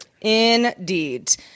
Indeed